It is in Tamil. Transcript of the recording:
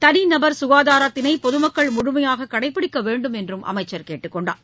தனிநபர் சுகாதாரத்தினை பொதுமக்கள் முழுமையாக கடைபிடிக்க வேண்டும் என்றும் அமைச்சர் கேட்டுக் கொண்டார்